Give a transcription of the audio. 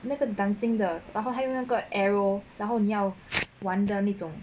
那个 dancing the 然后还有那个 arrow 然后你要玩的那种